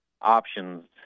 options